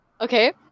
okay